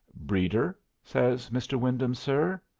breeder? says mr. wyndham, sir.